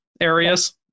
areas